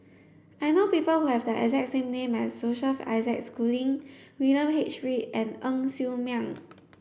I know people who have the exact same name as Joseph Isaac Schooling William H Read and Ng Ser Miang